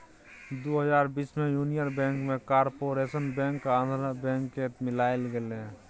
दु हजार बीस मे युनियन बैंक मे कारपोरेशन बैंक आ आंध्रा बैंक केँ मिलाएल गेलै